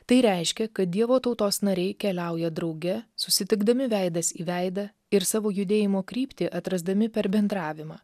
tai reiškia kad dievo tautos nariai keliauja drauge susitikdami veidas į veidą ir savo judėjimo kryptį atrasdami per bendravimą